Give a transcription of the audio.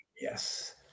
Yes